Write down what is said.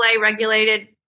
regulated